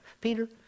Peter